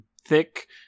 thick